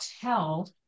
tell